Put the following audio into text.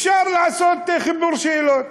אפשר לעשות חיבור שאלות.